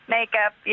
Makeup